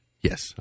Yes